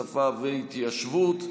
שפה והתיישבות),